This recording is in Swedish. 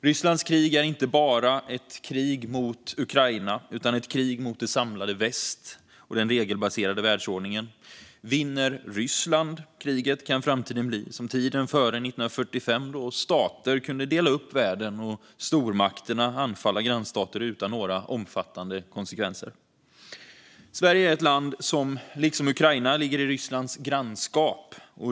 Rysslands krig är inte bara ett krig mot Ukraina utan ett krig mot det samlade väst och den regelbaserade världsordningen. Vinner Ryssland kriget kan framtiden bli som tiden före 1945 då stater kunde dela upp världen och stormakterna kunde anfalla grannstater utan några omfattande konsekvenser. Sverige är ett land som liksom Ukraina ligger i Rysslands grannskap.